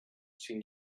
sin